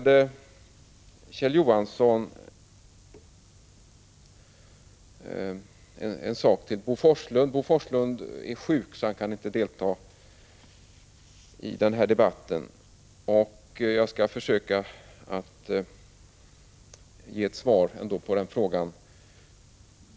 Kjell Johansson ställde en fråga till Bo Forslund. Bo Forslund är sjuk och kan inte delta i den här debatten. Jag skall försöka ge ett svar på frågan.